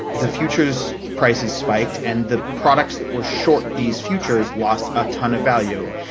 the futures prices spiked, and the products that were short these futures lost a ton of value.